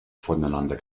voneinander